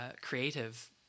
creative